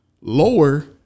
Lower